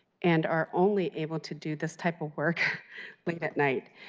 and are only able to do this type of work late at night.